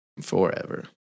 forever